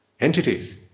entities